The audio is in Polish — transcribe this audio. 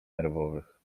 nerwowych